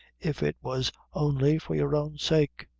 if it was only for your own sake.